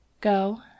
go